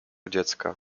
dziecka